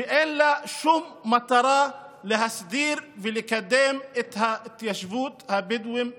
ואין לה שום מטרה להסדיר ולקדם את התיישבות הבדואים בנגב.